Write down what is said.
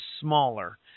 smaller